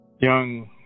young